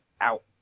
out